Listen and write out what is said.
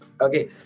okay